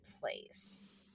place